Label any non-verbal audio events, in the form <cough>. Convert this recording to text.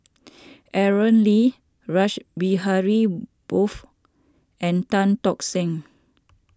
<noise> Aaron Lee Rash Behari Bose and Tan Tock Seng